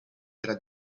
tra